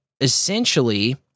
Essentially